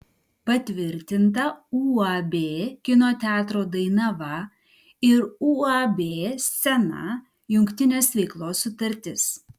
patvirtinta uab kino teatro dainava ir uab scena jungtinės veiklos sutartis